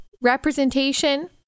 representation